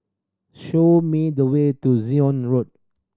show me the way to Zion Road